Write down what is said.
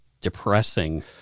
depressing